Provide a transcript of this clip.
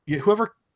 whoever